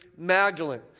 Magdalene